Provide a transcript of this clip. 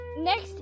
next